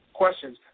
questions